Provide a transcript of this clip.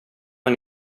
man